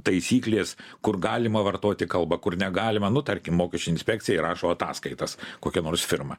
taisyklės kur galima vartoti kalbą kur negalima nu tarkim mokesčių inspekcijai rašo ataskaitas kokia nors firma